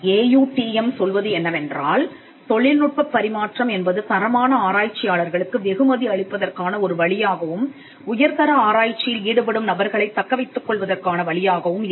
AUTM சொல்வது என்னவென்றால் தொழில்நுட்பப் பரிமாற்றம் என்பது தரமான ஆராய்ச்சியாளர்களுக்கு வெகுமதி அளிப்பதற்கான ஒரு வழியாகவும் உயர்தர ஆராய்ச்சியில் ஈடுபடும் நபர்களைத் தக்க வைத்துக்கொள்வதற்கான வழியாகவும் இருக்கும்